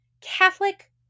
Catholic